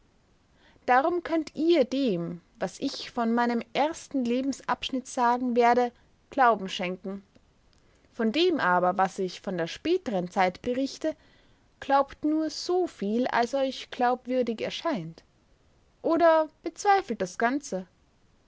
darum könnt ihr dem was ich von meinem ersten lebensabschnitt sagen werde glauben schenken von dem aber was ich von der späteren zeit berichte glaubt nur so viel als euch glaubwürdig erscheint oder bezweifelt das ganze